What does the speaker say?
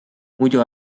muidu